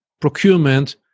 procurement